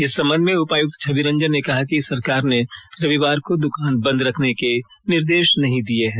इस संबंध में उपायुक्त छवि रंजन ने कहा है कि सरकार ने रविवार को दुकान बंद रखने के निर्देश नहीं दिये हैं